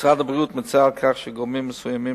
משרד הבריאות מצר על כך שגורמים מסוימים,